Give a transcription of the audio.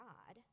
God